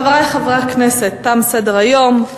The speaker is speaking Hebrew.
חברי חברי הכנסת, תם סדר-היום.